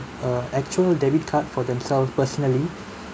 a actual debit card for themselves personally